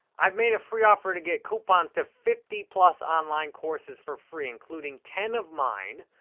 i've made a free offer to get coupons to fifty plus online courses for free, including ten of mine.